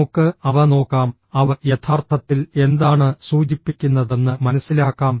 നമുക്ക് അവ നോക്കാം അവ യഥാർത്ഥത്തിൽ എന്താണ് സൂചിപ്പിക്കുന്നതെന്ന് മനസിലാക്കാം